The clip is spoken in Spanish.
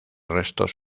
restos